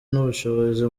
n’ubushobozi